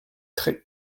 très